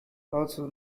also